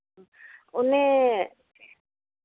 ᱚᱱᱮ